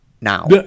now